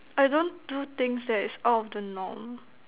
I don't do things that is out of the norm